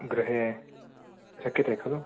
गृहे शक्यते खलु